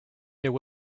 there